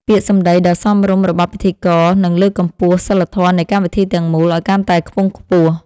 ពាក្យសម្ដីដ៏សមរម្យរបស់ពិធីករនឹងលើកកម្ពស់សីលធម៌នៃកម្មវិធីទាំងមូលឱ្យកាន់តែខ្ពង់ខ្ពស់។